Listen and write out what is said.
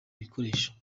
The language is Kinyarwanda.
ibikoresho